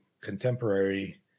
contemporary